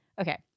Okay